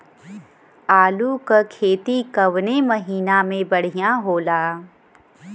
आलू क खेती कवने महीना में बढ़ियां होला?